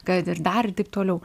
kad ir dar ir taip toliau